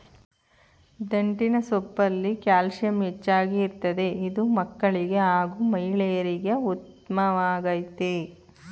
ದಂಟಿನ ಸೊಪ್ಪಲ್ಲಿ ಕ್ಯಾಲ್ಸಿಯಂ ಹೆಚ್ಚಾಗಿ ಇರ್ತದೆ ಇದು ಮಕ್ಕಳಿಗೆ ಹಾಗೂ ಮಹಿಳೆಯರಿಗೆ ಉತ್ಮವಾಗಯ್ತೆ